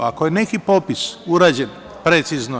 Ako je neki popis urađen precizno…